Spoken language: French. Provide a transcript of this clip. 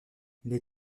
les